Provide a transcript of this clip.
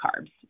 carbs